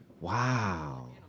Wow